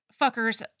fuckers